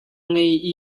ngei